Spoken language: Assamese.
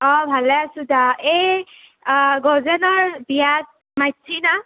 অঁ ভালে আছোঁ দা এই গজেনৰ বিয়াত মাতছি না